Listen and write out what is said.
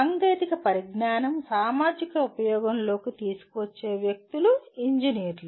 సాంకేతిక పరిజ్ఞానాన్ని సామాజిక ఉపయోగంలోకి తీసుకువచ్చే వ్యక్తులు ఇంజనీర్లు